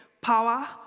power